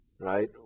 right